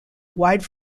wide